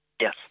Yes